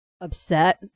upset